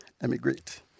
emigrate